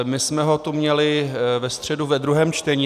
My jsme ho tu měli ve středu ve druhém čtení.